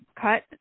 cut